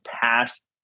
past